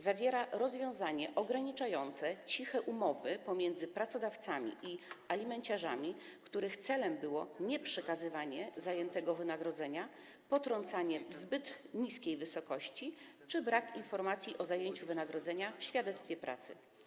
Zawiera rozwiązanie ograniczające ciche umowy pomiędzy pracodawcami i alimenciarzami, których celem było nieprzekazywanie zajętego wynagrodzenia, potrącanie w zbyt niskiej wysokości czy brak informacji o zajęciu wynagrodzenia w świadectwie pracy.